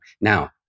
Now